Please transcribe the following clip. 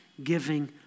giving